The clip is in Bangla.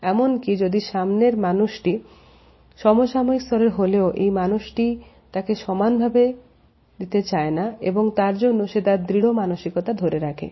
এমনকি যদি সামনের মানুষটি সমসাময়িক স্তরের হলেও এই মানুষটি তাকে সমান ভাবতে দিতে চায়না এবং তার জন্য সে তার দৃঢ় মানসিকতা ধরে রাখে